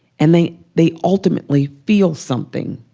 and they they ultimately feel something.